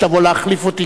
שתבוא להחליף אותי,